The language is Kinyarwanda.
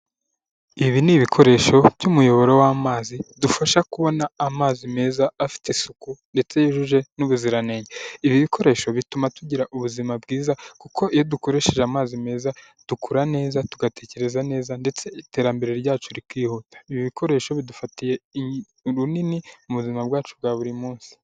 Ibi ni ibikoresho by'umuyoboro w'amazi bidufasha kubona amazi meza afite isuku ndetse yujuje n'ubuziranenge. Ibi bikoresho bituma tugira ubuzima bwiza, kuko iyo dukoresheje amazi meza, dukura neza tugatekereza neza ndetse iterambere ryacu rikihuta. Ibi bikoresho bidufatiye runini mu buzima bwacu bwa buri munsi.